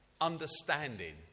understanding